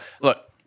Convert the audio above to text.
look